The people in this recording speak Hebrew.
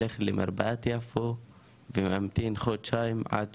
הולך למרפאת יפו וממתין חודשיים עד